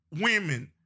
women